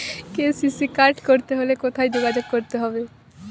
KCC card করতে হলে কোথায় যোগাযোগ করতে হবে?